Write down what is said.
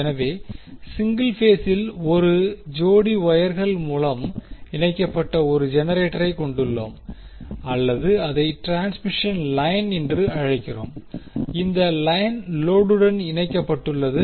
எனவே சிங்கில் பேசில் ஒரு ஜோடி வொயர்கள் மூலம் இணைக்கப்பட்ட 1 ஜெனரேட்டரை கொண்டுள்ளோம் அல்லது அதை டிரான்ஸ்மிஷன் லைன் என்று அழைக்கிறோம் இந்த லைன் லோடுடன் இணைக்கப்பட்டுள்ளது